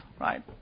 right